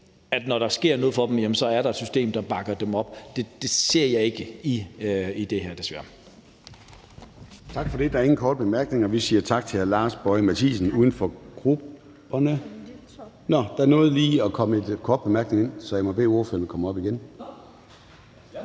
at når der sker noget for dem, så er der et system, der bakker dem op, ser jeg desværre